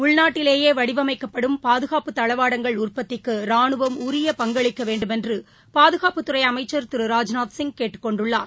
உள்நாட்டிலேயே வடிவமைக்கப்படும் பாதுகாப்பு தளவாடங்கள் உற்பத்திக்கு ரானுவம் உரிய பங்களிக்க வேண்டுமென்று பாதுகாப்புத்துறை அமைச்சர் திரு ராஜ்நாத்சிய் கேட்டுக் கொண்டுள்ளார்